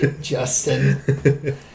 Justin